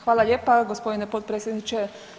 Hvala lijepa gospodine potpredsjedniče.